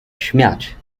śmiać